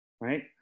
Right